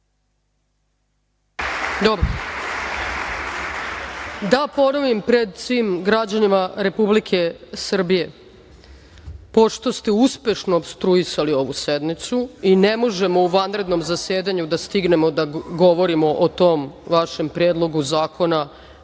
Dobro. Da ponovim pred svim građanima Republike Srbije, pošto ste uspešno opstruisali ovu sednicu i ne možemo u vanrednom zasedanju da stignemo da govorimo o tom vašem Predlogu zakona